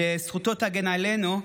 שזכותו תגן עלינו,